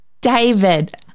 David